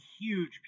huge